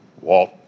Walt